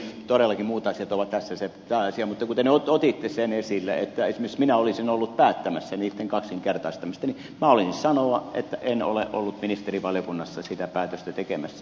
todellakin muut asiat ovat tässä se pääasia mutta kun te nyt otitte sen esille että esimerkiksi minä olisin ollut päättämässä niitten kaksinkertaistamisesta niin minä haluan sanoa että en ole ollut ministerivaliokunnassa sitä päätöstä tekemässä